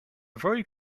very